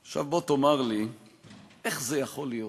עכשיו, בוא תאמר לי איך זה יכול להיות